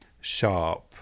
sharp